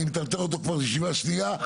אני מטרטר אותו כבר ישיבה שנייה.